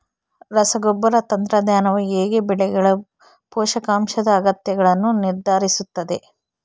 ರಸಗೊಬ್ಬರ ತಂತ್ರಜ್ಞಾನವು ಹೇಗೆ ಬೆಳೆಗಳ ಪೋಷಕಾಂಶದ ಅಗತ್ಯಗಳನ್ನು ನಿರ್ಧರಿಸುತ್ತದೆ?